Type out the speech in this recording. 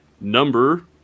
number